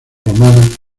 romanas